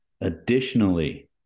Additionally